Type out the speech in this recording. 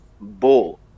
bull